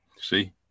See